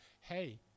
hey